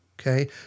okay